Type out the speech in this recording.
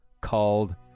called